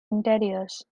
interiors